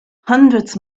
hundreds